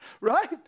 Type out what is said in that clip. Right